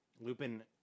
lupin